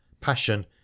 passion